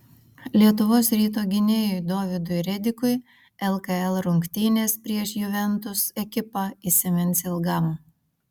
lietuvos ryto gynėjui dovydui redikui lkl rungtynės prieš juventus ekipą įsimins ilgam